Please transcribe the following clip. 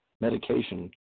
medication